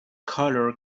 colour